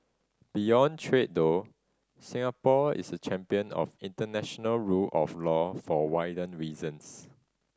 beyond trade though Singapore is a champion of international rule of law for wider reasons